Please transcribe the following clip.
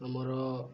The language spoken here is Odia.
ଆମର